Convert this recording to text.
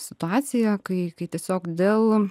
situacija kai kai tiesiog dėl